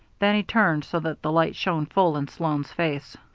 then he turned so that the light shone full in sloan's face.